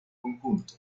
conjunto